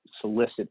solicit